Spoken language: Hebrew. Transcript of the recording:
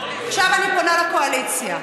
עכשיו אני פונה לקואליציה.